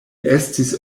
estis